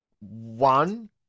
one